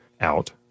out